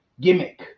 gimmick